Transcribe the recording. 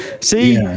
see